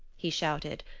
he shouted.